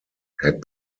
had